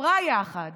חברה יחד